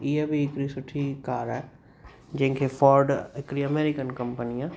इहा बि हिकड़ी सुठी कार आहे जंहिंखे फोर्ड हिकड़ी अमेरिकन कंपनी आहे